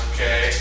Okay